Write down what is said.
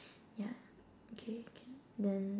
yeah okay can then